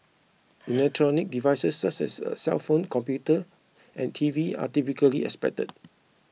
electronic devices such as cellphone computer and T V are typically expected